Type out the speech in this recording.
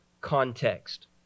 context